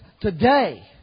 today